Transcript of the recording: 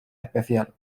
especial